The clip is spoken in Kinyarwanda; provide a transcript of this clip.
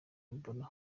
ebola